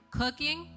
cooking